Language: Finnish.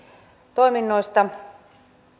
toiminnoista